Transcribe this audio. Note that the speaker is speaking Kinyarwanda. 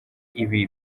ibi